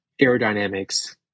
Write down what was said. aerodynamics